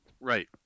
Right